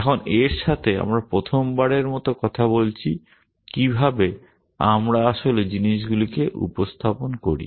এখন এর সাথে আমরা প্রথমবারের মতো কথা বলছি কিভাবে আমরা আসলে জিনিসগুলিকে উপস্থাপন করি